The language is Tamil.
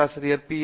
பேராசிரியர் பி